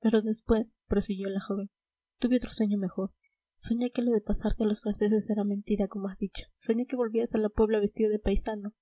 pero después prosiguió la joven tuve otro sueño mejor soñé que lo de pasarte a los franceses era mentira como has dicho soñé que volvías a la puebla vestido de paisano